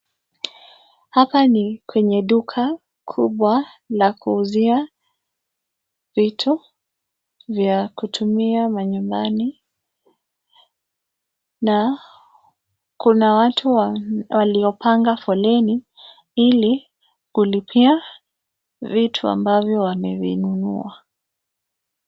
Hapa ni kwenye duka kubwa la kuuzia vitu vya kutumia manyumbani, na kuna watu waliopanga foleni ili kulipia vitu ambavyo wamevinunua.